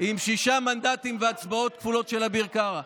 עם שישה מנדטים והצבעות כפולות של אביר קארה,